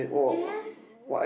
yes